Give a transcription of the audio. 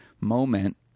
moment